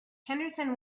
henderson